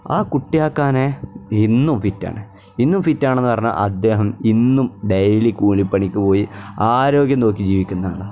ആ കുട്ടിയാക്കാനെ ഇന്നും ഫിറ്റാണ് ഇന്നും ഫിറ്റാണെന്ന് പറഞ്ഞാൽ അദ്ദേഹം ഇന്നും ഡെയിലി കൂലിപ്പണിക്ക് പോയി ആരോഗ്യം നോക്കി ജീവിക്കുന്നതാണ്